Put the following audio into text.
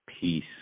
peace